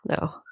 No